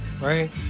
right